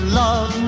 love